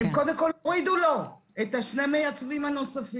הם קודם כל הורידו לו את שני המייצבים הנוספים.